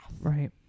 Right